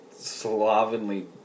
slovenly